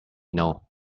know